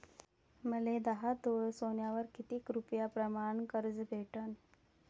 मले दहा तोळे सोन्यावर कितीक रुपया प्रमाण कर्ज भेटन?